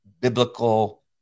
biblical